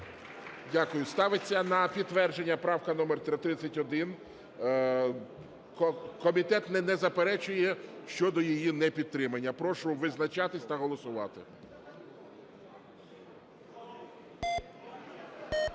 Дякую. Ставиться на підтвердження правка номер 31. Комітет не заперечує щодо її непідтримання. Прошу визначатись та голосувати.